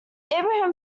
ibrahim